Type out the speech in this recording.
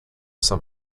some